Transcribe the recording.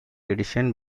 edition